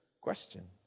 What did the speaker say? question